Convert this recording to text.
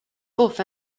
off